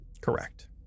Correct